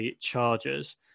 Chargers